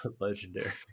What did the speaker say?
Legendary